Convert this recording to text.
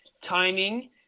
timing